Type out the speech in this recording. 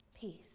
Peace